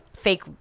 fake